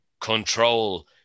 control